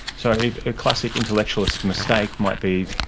so a ah classic intellectualist mistake might be,